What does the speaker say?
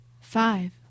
Five